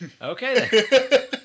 okay